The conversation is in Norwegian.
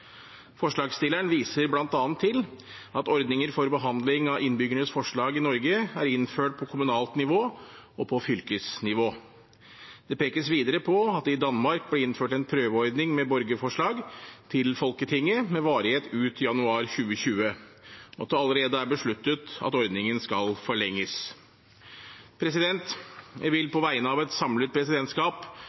Forslagsstilleren viser bl.a. til at ordninger for behandling av innbyggernes forslag i Norge er innført på kommunalt nivå og på fylkesnivå. Det pekes videre på at det i Danmark ble innført en prøveordning med borgerforslag til Folketinget med varighet ut januar 2020, og at det allerede er besluttet at ordningen skal forlenges. Jeg vil på vegne av et samlet presidentskap